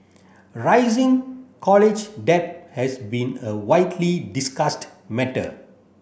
rising college debt has been a widely discussed matter